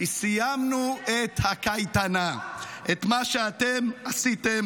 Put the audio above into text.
סיימנו את הקייטנה, את מה שאתם עשיתם